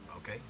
Okay